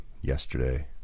yesterday